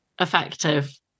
effective